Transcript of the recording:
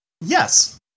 Yes